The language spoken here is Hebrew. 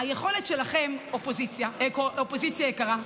היכולת שלכם, אופוזיציה יקרה,